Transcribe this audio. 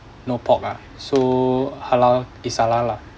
no pork ah so halal is halal lah